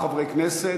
של ארבעה חברי כנסת.